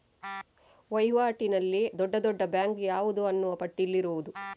ವೈವಾಟಿನಲ್ಲಿ ದೊಡ್ಡ ದೊಡ್ಡ ಬ್ಯಾಂಕು ಯಾವುದು ಅನ್ನುವ ಪಟ್ಟಿ ಇಲ್ಲಿರುವುದು